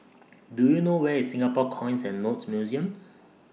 Do YOU know Where IS Singapore Coins and Notes Museum